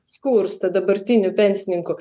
skursta dabartinių pensininkų